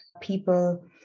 people